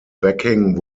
backing